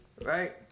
Right